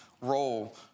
role